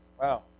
Wow